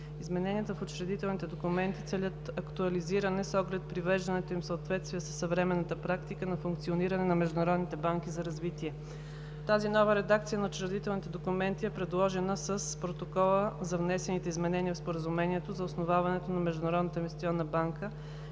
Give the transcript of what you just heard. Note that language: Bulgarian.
Измененията в учредителните документи целят актуализиране с оглед привеждането им в съответствие със съвременната практика на функциониране на международните банки за развитие. Тази нова редакция на учредителните документи е предложена с Протокола за внесените изменения в Споразумението за основаването на Международната инвестиционна банка